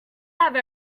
have